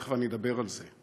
ותכף אני אדבר על זה.